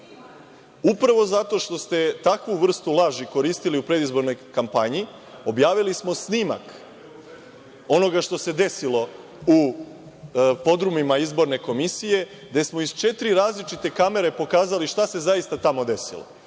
upravo zato što ste takvu vrstu laži koristili u predizbornoj kampanji objavili smo snimak onoga što se desilo u podrumima izborne komisije gde smo iz četiri različite kamere pokazali šta se zaista tamo desilo